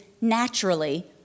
naturally